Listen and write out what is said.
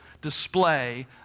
display